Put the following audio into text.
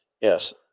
Yes